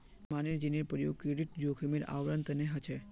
मार्जिनेर प्रयोग क्रेडिट जोखिमेर आवरण तने ह छे